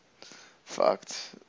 fucked